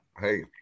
Hey